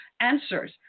answers